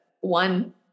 one